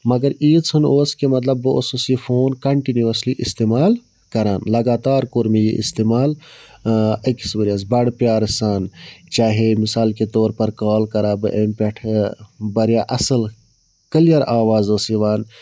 مگر ایٖژ ہَن اوس کہِ مطلب بہٕ اوسُس یہِ فون کَنٹِنیووسلی اِستعمال کَران لگاتار کوٚر مےٚ یہِ اِستعمال أکِس ؤرۍیَس بَڈٕ پیارٕ سان چاہے مِثال کے طور پَر کال کَران بہٕ اَمہِ پٮ۪ٹھٕ واریاہ اَصٕل کٕٔلیَر آواز ٲس یِوان